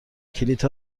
کلیدها